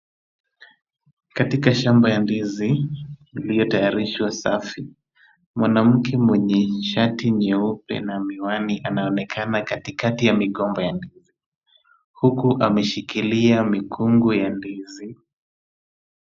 Katika shamba ya ndizi iliyotayarishwa safi, mwanamke mwenye shati nyeupe na miwani anaonekana katikati ya migomba ya ndizi, huku ameshikilia mikungu ya ndizi.